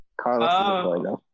Carlos